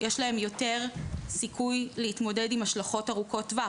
יש להם יותר סיכוי להתמודד עם השלכות ארוכות טווח,